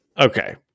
Okay